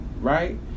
Right